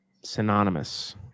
synonymous